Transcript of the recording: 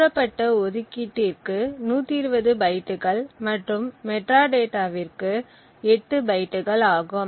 கோரப்பட்ட ஒதுக்கீட்டிற்கு 120 பைட்டுகள் மற்றும் மெட்டாடேட்டாவிற்கு 8 பைட்டுகள் ஆகும்